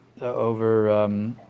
Over